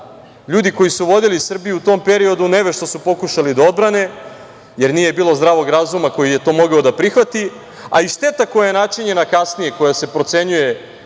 ljudi koji su vodili Srbiju u tom periodu, nevešto su pokušali da odbrane, jer nije bilo zdravog razuma koji je to mogao da prihvati, a i šteta koja je načinjena kasnije, koja se procenjuje